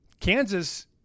Kansas